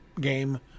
game